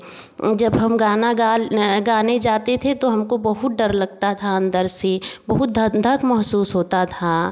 जब हम गाना गा गाने जाते थे तो हमको बहुत डर लगता था अंदर से बहुत धक धक महसूस होता था